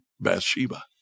Bathsheba